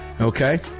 Okay